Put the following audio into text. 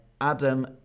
Adam